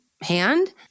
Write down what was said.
hand